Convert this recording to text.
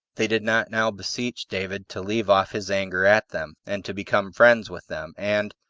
they did not now beseech david to leave off his anger at them, and to become friends with them, and,